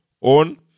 on